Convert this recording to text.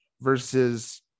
versus